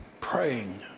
praying